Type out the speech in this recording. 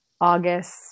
August